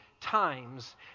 times